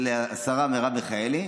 של השרה מרב מיכאלי,